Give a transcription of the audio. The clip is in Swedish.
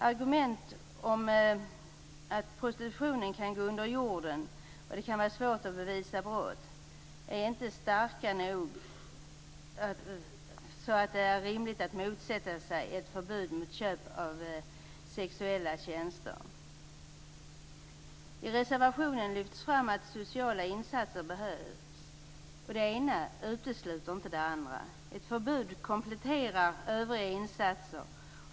Argumenten att prostitutionen kan gå under jorden och att det kan vara svårt att bevisa att det har begåtts brott är inte så starka att det vore rimligt att motsätta sig ett förbud mot köp av sexuella tjänster. I reservationen lyfts fram att det behövs sociala insatser, och det ena utesluter inte det andra. Ett förbud kompletterar övriga insatser.